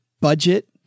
budget